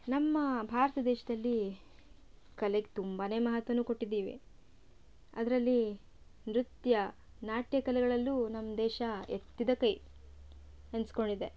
ನಮ್ಮ ಭಾರತ ದೇಶದಲ್ಲಿ ಕಲೆಗೆ ತುಂಬಾನೇ ಮಹತ್ವವನ್ನು ಕೊಟ್ಟಿದ್ದೇವೆ ಅದರಲ್ಲಿ ನೃತ್ಯ ನಾಟ್ಯ ಕಲೆಗಳಲ್ಲೂ ನಮ್ಮ ದೇಶ ಎತ್ತಿದ ಕೈ ಅನ್ಸ್ಕೊಂಡಿ